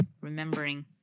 remembering